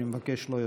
אני מבקש: לא יותר.